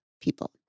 people